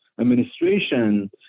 administration